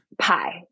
pie